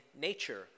nature